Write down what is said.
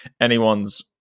anyone's